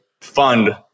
fund